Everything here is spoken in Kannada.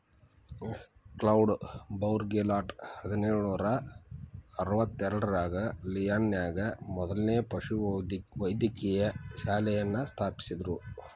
ಕ್ಲೌಡ್ ಬೌರ್ಗೆಲಾಟ್ ಹದಿನೇಳು ನೂರಾ ಅರವತ್ತೆರಡರಾಗ ಲಿಯಾನ್ ನ್ಯಾಗ ಮೊದ್ಲನೇ ಪಶುವೈದ್ಯಕೇಯ ಶಾಲೆಯನ್ನ ಸ್ಥಾಪಿಸಿದ್ರು